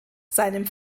seinem